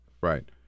Right